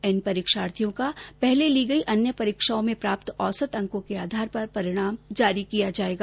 इन परीक्षार्थियों का पहले ली गई अन्य परीक्षाओं में प्राप्त औसत अंकों के आधार पर परिणाम जारी किया जाएगा